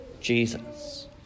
Jesus